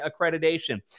accreditation